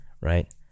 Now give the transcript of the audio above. right